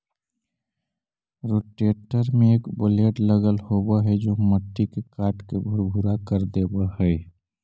rotator में एक blade लगल होवऽ हई जे मट्टी के काटके भुरभुरा कर देवऽ हई